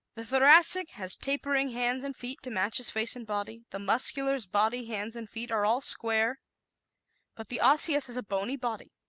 the thoracic has tapering hands and feet to match his face and body the muscular's body, hands and feet are all square but the osseous has a bony body,